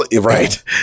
Right